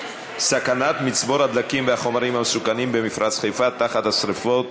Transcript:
הסכנה במצבור הדלקים והחומרים המסוכנים במפרץ-חיפה תחת איום השרפות.